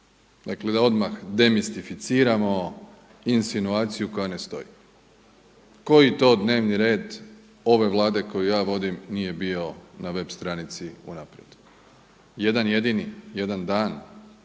dakle da odmah demistificiramo insinuaciju koja ne stoji. Koji to dnevni red ove Vlade koju ja vodim nije bio na web stranici unaprijed? Jedan jedini, jedan dan